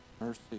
mercy